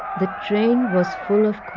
the train was full of